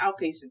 outpatient